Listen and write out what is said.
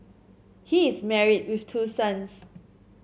he is married with two sons